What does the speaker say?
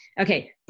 Okay